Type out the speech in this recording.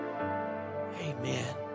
Amen